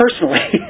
personally